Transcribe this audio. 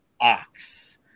Ox